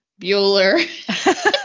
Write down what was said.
Bueller